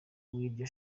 w’iryo